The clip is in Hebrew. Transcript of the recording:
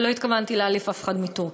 ולא התכוונתי להעליב אף אחד מטורקיה.